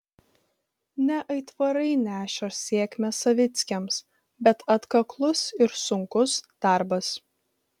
ne aitvarai neša sėkmę savickiams bet atkaklus ir sunkus darbas